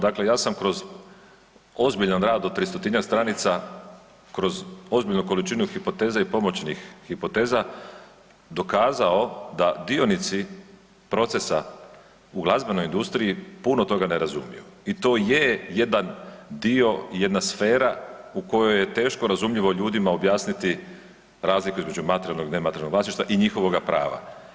Dakle, ja sam kroz ozbiljan rad od tristotinjak stranica kroz ozbiljnu količinu hipoteze i pomoćnih hipoteza dokazao da dionici procesa u glazbenoj industriji puno toga ne razumiju i to je jedan dio, jedna sfera u kojoj je teško razumljivo ljudima objasniti razliku između materijalnog i nematerijalnog vlasništva i njihovoga prava.